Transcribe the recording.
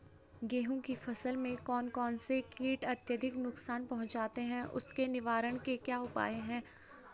गेहूँ की फसल में कौन कौन से कीट अत्यधिक नुकसान पहुंचाते हैं उसके निवारण के क्या उपाय हैं?